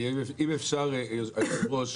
אם אפשר אדוני היו"ר,